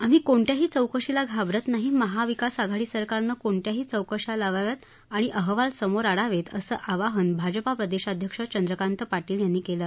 आम्ही कोणत्याही चौकशीला घाबरता नाही महाविकास आघाडी सरकारनं कोणत्याही चौकशा लावाव्यात आणि अहवाल समोर आणावेत असं आव्हान भाजपा प्रदेशाध्यक्ष चंद्रकांत पाटील यांनी दिलं